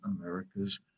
America's